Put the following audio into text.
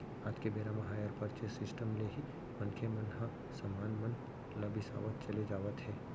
आज के बेरा म हायर परचेंस सिस्टम ले ही मनखे मन ह समान मन ल बिसावत चले जावत हे